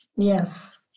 Yes